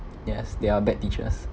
yes there are bad teachers